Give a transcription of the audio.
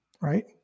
right